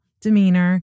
demeanor